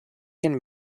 can